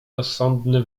rozsądny